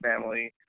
family